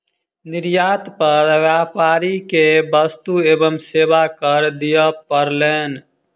निर्यात पर व्यापारी के वस्तु एवं सेवा कर दिअ पड़लैन